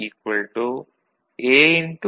C A